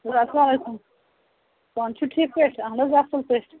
السلام علیکُم پانہٕ چھُو ٹھیٖک پٲٹھۍ اہن حظ اَصٕل پٲٹھۍ